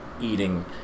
eating